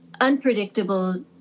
unpredictable